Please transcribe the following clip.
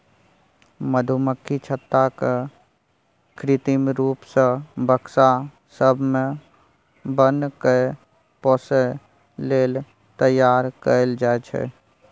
मधुमक्खी छत्ता केँ कृत्रिम रुप सँ बक्सा सब मे बन्न कए पोसय लेल तैयार कयल जाइ छै